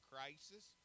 Crisis